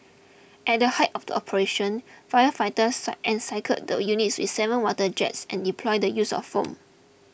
at the height of the operation firefighters cite encircled the units with seven water jets and deployed the use of foam